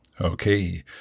Okay